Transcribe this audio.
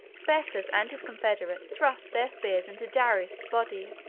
bessus and his confederates thrust their spears into darius's body,